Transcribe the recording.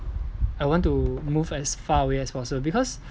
I want to move as far away as possible because